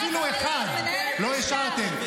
אפילו אחד לא השארתם.